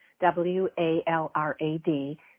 W-A-L-R-A-D